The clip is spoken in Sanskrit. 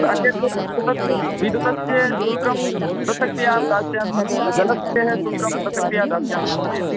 अहं विद्युतस्य शुल्कं पृथक्तया दास्यामि जलस्य सुल्कं पृथक्तया दास्यामि महोदय